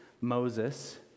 Moses